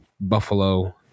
Buffalo